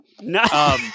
No